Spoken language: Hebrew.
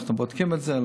אנחנו בודקים את זה.